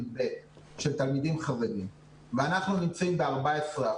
י"ב של תלמידים חרדים ואנחנו נמצאים ב-14%,